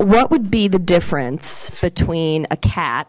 what would be the difference between a cat